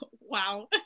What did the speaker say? Wow